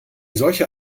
solcher